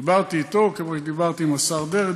דיברתי אתו כמו שדיברתי עם השר דרעי,